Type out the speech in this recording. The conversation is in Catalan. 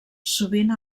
sovint